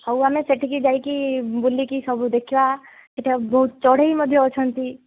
ହଉ ଆମେ ସେଠିକି ଯାଇକି ବୁଲିକି ସବୁ ଦେଖିବା ସେଠି ବହୁତ୍ ଆଉ ଚଢ଼େଇ ମଧ୍ୟ ଅଛନ୍ତି